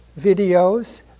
videos